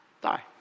die